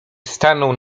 stanął